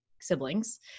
siblings